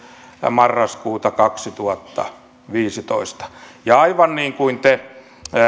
marraskuuta kaksituhattaviisitoista ja aivan niin kuin te